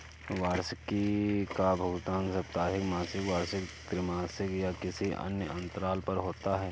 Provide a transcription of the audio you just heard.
वार्षिकी का भुगतान साप्ताहिक, मासिक, वार्षिक, त्रिमासिक या किसी अन्य अंतराल पर होता है